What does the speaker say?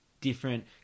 different